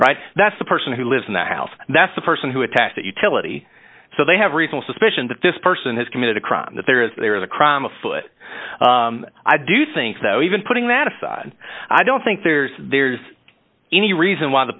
sugar that's the person who lives in that house that's the person who attacked that utility so they have reason suspicion that this person has committed a crime that there is there is a crime afoot i do think though even putting that aside i don't think there's there's any reason why the